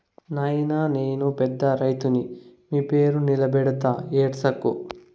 నాయినా నేను పెద్ద రైతుని మీ పేరు నిలబెడతా ఏడ్సకు